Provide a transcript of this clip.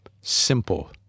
simple